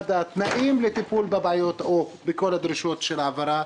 התנאים לטיפול בבעיות ובכל הדרישות של ההעברות